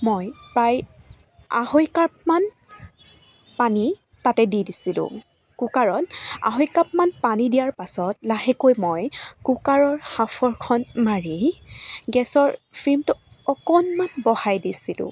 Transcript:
মই প্ৰায় আঢ়ৈ কাপ মান পানী তাতে দি দিছিলোঁ কুকাৰত আঢ়ৈ কাপ মান পানী দিয়াৰ পাছত লাহেকৈ মই কুকাৰৰ সাঁফৰখন মাৰি গেছৰ ফ্লেমটো অকণমান বঢ়াই দিছিলোঁ